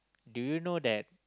do you know that